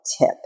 tip